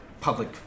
public